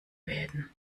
werden